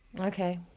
Okay